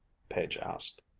page asked.